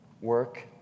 work